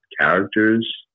characters